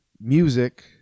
music